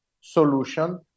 solution